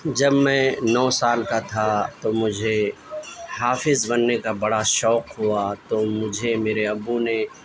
جب میں نو سال کا تھا تو مجھے حافظ بننے کا بڑا شوق ہوا تو مجھے میرے ابو نے